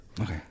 Okay